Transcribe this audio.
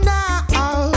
now